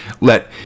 let